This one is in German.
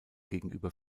gegenüber